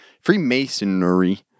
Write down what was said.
Freemasonry